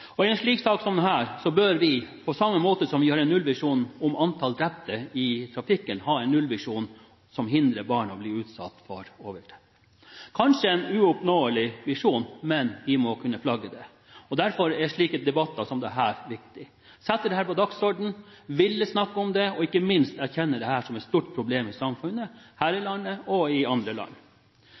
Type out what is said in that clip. I en slik sak som denne bør vi – på samme måte som vi har en nullvisjon om antall drepte i trafikken – ha en nullvisjon som hindrer barn i å bli utsatt for overgrep. Kanskje en uoppnåelig visjon, men vi må kunne flagge det. Derfor er slike debatter som dette viktige. Vi må sette dette på dagsordenen, ville snakke om det og ikke minst erkjenne dette som et stort problem i samfunnet – her i landet, og i andre land.